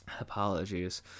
Apologies